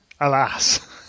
Alas